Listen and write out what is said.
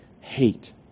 hate